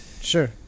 sure